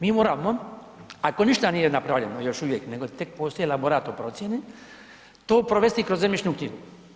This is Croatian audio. Mi moramo, ako ništa nije napravljeno, još uvijek nego tek postoji elaborat o procjeni, to provesti kroz zemljišnu knjigu.